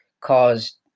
caused